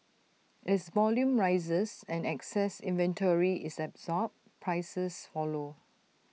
as volume rises and excess inventory is absorbed prices follow